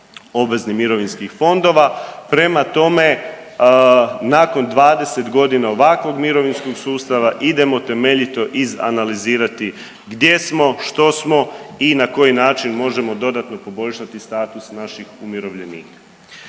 obveznih mirovinskih fondova, prema tome nakon 20.g. ovakvog mirovinskog sustava idemo temeljito izanalizirati gdje smo, što smo i na koji način možemo dodatno poboljšati status naših umirovljenika.